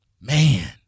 Man